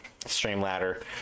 Streamladder